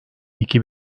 iki